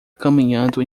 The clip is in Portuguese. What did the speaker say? caminhando